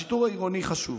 השיטור העירוני חשוב,